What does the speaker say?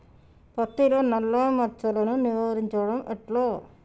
పత్తిలో నల్లా మచ్చలను నివారించడం ఎట్లా?